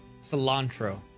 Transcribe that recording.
cilantro